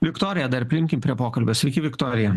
viktoriją dar priimkim prie pokalbio sveiki viktorija